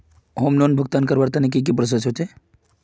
Home loan भुगतान करवार तने की की प्रोसेस होचे?